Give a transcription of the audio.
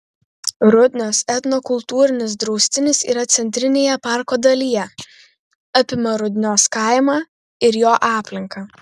rudnios etnokultūrinis draustinis yra centrinėje parko dalyje apima rudnios kaimą ir jo aplinką